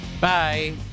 Bye